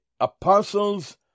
apostles